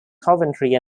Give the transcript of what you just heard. coventry